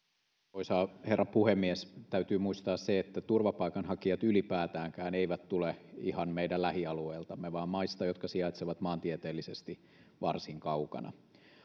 arvoisa herra puhemies täytyy muistaa se että turvapaikanhakijat ylipäätäänkään eivät tule ihan meidän lähialueiltamme vaan maista jotka sijaitsevat maantieteellisesti varsin kaukana